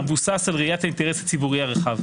המבוסס על ראיית האינטרס הציבורי הרחב.